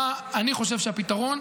מה אני חושב שהפתרון,